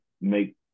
make